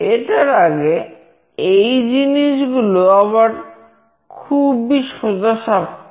এটার আগে এই জিনিসগুলো আবার খুবই সোজাসাপটা